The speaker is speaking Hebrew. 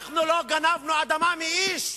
אנחנו לא גנבנו אדמה מאיש.